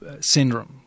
syndrome